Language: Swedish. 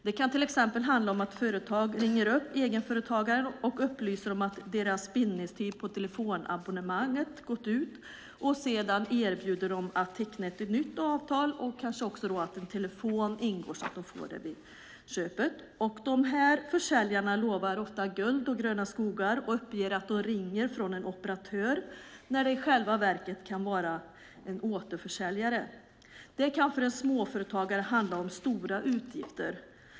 Det kan till exempel handla om att ett företag ringer upp egenföretagare och upplyser om att deras bindningstid på telefonabonnemanget gått ut. Sedan erbjuds de att teckna ett nytt avtal där en ny telefon ingår. De här försäljarna lovar guld och gröna skogar och uppger att de ringer från en operatör när de i själva verket är återförsäljare. Det kan för en småföretagare handla om stora utgifter.